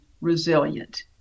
resilient